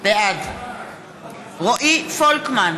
בעד רועי פולקמן,